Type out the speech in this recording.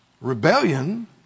rebellion